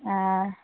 ആ